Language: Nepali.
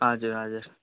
हजुर हजुर